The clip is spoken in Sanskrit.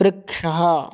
वृक्षः